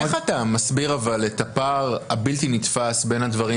איך אתה מסביר אבל את הפער הבלתי-נתפס בין הדברים